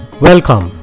Welcome